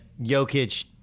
Jokic